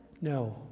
No